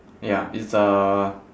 ya it's a